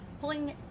pulling